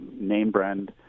name-brand